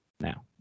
now